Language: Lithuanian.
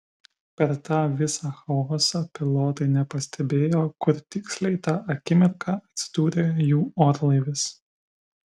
per tą visą chaosą pilotai nepastebėjo kur tiksliai tą akimirką atsidūrė jų orlaivis